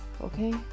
okay